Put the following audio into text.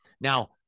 now